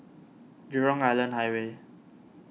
Jurong Island Highway